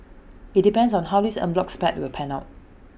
IT depends on how this en bloc spate will pan out